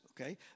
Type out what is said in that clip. okay